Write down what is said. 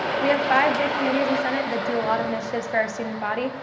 we have five big committees and senate that do a lot of initiatives for our student body.